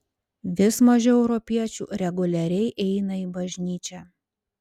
vis mažiau europiečių reguliariai eina į bažnyčią